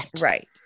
Right